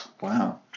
Wow